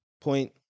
point